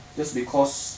just because